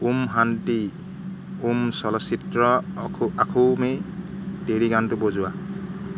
ওম শান্তি ওম চলচ্চিত্ৰৰ আখোঁ আখোও মে তেৰি গানটো বজোৱা